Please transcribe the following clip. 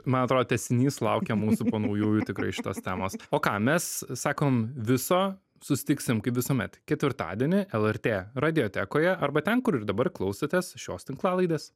man atrodo tęsinys laukia mūsų po naujųjų tikrai šitos temos o ką mes sakom viso susitiksim kaip visuomet ketvirtadienį lrt radijotekoje arba ten kur ir dabar klausotės šios tinklalaidės